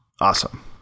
awesome